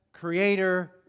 Creator